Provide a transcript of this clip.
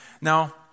Now